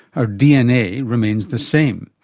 our dna remains the same.